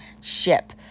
ship